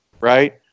right